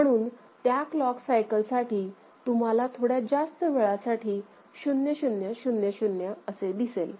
म्हणून त्या clock cycle साठी तुम्हाला थोड्या जास्त वेळासाठी 0000 असे दिसेल